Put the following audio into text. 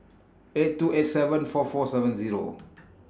eight two eight seven four four seven Zero